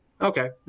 okay